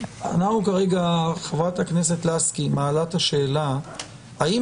כרגע חברת הכנסת גבי לסקי מעלה את השאלה האם